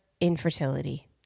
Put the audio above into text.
infertility